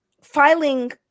filing